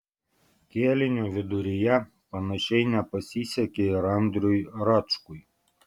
kėlinio viduryje panašiai nepasisekė ir andriui račkui